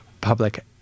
public